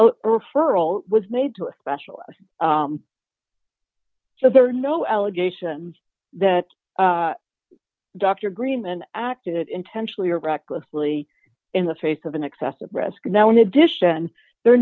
y referral was made to a specialist so there are no allegations that dr agreement acted intentionally or recklessly in the face of an excessive risk now in addition there